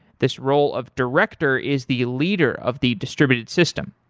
this role of director is the leader of the distributed system.